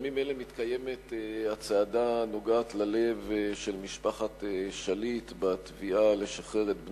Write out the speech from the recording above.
בימים אלה מתקיימת הצעדה הנוגעת ללב של משפחת שליט בתביעה לשחרר את בנם,